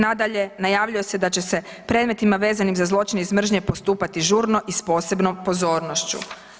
Nadalje, najavilo se da će se s predmetima vezanim za zločine iz mržnje postupati žurno i s posebnom pozornošću.